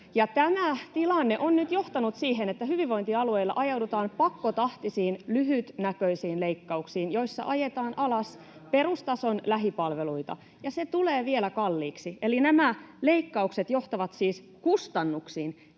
Tämä tilanne on nyt johtanut siihen, että hyvinvointialueilla ajaudutaan pakkotahtisiin lyhytnäköisiin leikkauksiin, [Mauri Peltokangas: Pari miljardia lisää!] joissa ajetaan alas perustason lähipalveluita. Se tulee vielä kalliiksi, eli nämä leikkaukset johtavat siis kustannuksiin,